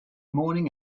morning